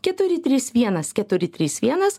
keturi trys vienas keturi trys vienas